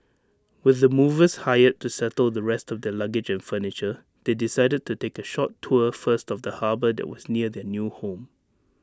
with the movers hired to settle the rest of their luggage and furniture they decided to take A short tour first of the harbour that was near their new home